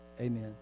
Amen